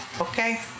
Okay